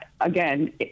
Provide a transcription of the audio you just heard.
again